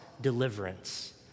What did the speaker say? deliverance